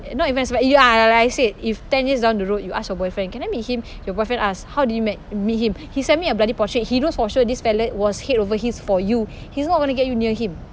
and not even ya like I said if ten years down the road you ask your boyfriend can I meet him your boyfriend ask how did you met meet him he sent me a bloody portrait he knows for sure this fella was head over heels for you he's not going to get you near him